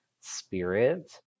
spirit